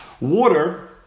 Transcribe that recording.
Water